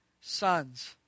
sons